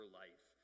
life